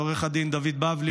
לעו"ד דוד בבלי,